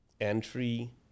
entry